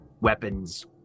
weapons